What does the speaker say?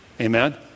Amen